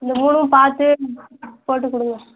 இந்த மூணும் பார்த்து போட்டுக்கொடுங்க